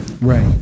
right